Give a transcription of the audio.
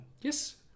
Yes